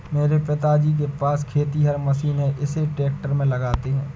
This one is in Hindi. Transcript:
मेरे पिताजी के पास खेतिहर मशीन है इसे ट्रैक्टर में लगाते है